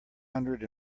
hundred